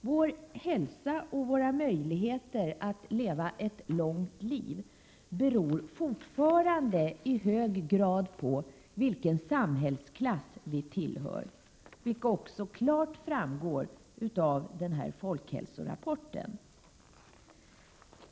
Vår hälsa och våra möjligheter att leva ett långt liv beror fortfarande i hög grad på vilken samhällsklass vi tillhör. Detta framgår också klart av folkhälsorapporten.